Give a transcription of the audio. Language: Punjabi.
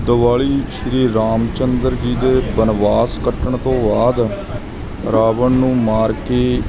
ਦੀਵਾਲੀ ਸ਼੍ਰੀ ਰਾਮ ਚੰਦਰ ਜੀ ਦੇ ਬਨਵਾਸ ਕੱਟਣ ਤੋਂ ਬਾਅਦ ਰਾਵਣ ਨੂੰ ਮਾਰ ਕੇ